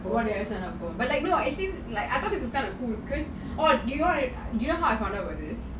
what did I sign up for